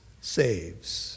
saves